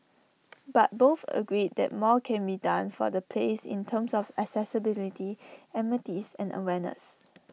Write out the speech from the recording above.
but both agreed that more can be done for the place in terms of accessibility amenities and awareness